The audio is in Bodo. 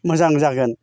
मोजां जागोन